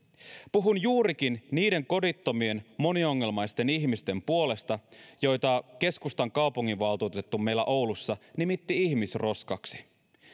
puhun juurikin niiden kodittomien moniongelmaisten ihmisten puolesta joita keskustan kaupunginvaltuutettu meillä oulussa nimitti ihmisroskaksi